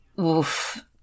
oof